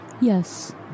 Yes